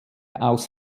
aus